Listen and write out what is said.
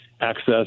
access